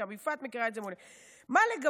גם יפעת מכירה את זה מעולה: "מה לגבי